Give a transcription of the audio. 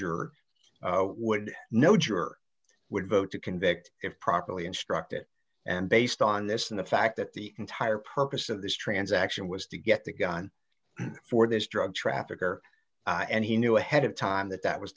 juror would no juror would vote to convict if properly instructed and based on this and the fact that the entire purpose of this transaction was to get the gun for this drug trafficker and he knew ahead of time that that was